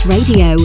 Radio